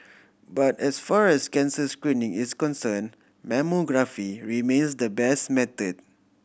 but as far as cancer screening is concern mammography remains the best method